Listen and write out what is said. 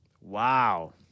wow